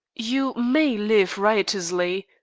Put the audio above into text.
you may live riotously,